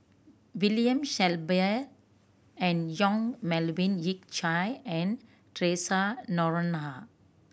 William Shellabear and Yong Melvin Yik Chye and Theresa Noronha